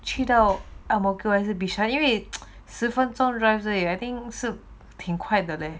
去到 ang mo kio 还是 bishan 因为十分钟 drives 而已是挺快的嘞